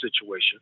situation